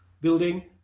building